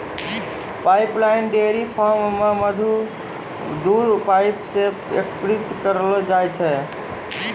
pipeline dairy farm म दूध pipe सें एकत्रित करलो जाय छै